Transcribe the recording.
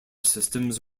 systems